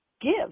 give